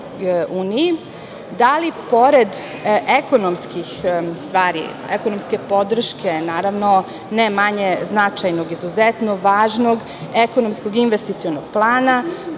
da li pored ekonomskih stvari, ekonomske podrške, ne manje značajnog, izuzetno važnog ekonomskog investicionog plana,